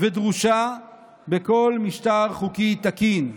ודרושה בכל משטר חוקי תקין.